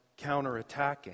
counterattacking